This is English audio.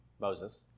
Moses